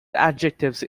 adjective